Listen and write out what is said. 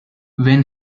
when